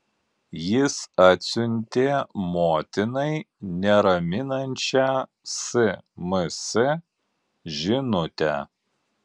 jis atsiuntė motinai neraminančią sms žinutę